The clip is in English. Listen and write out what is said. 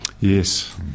Yes